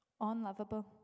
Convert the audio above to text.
unlovable